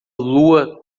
lua